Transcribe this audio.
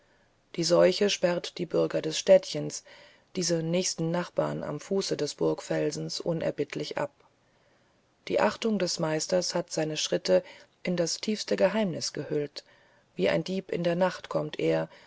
die seuche sperrt die bürger des städtchens diese nächsten nachbarn am fuße des burgfelsens unerbittlich ab die achtung des meisters hat seine schritte in das tiefste geheimnis gehüllt wie ein dieb in der nacht kommt er